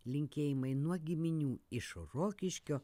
linkėjimai nuo giminių iš rokiškio